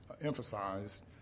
emphasized